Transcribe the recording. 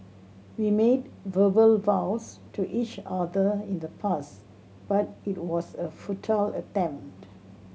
we made verbal vows to each other in the past but it was a futile attempt